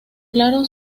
claro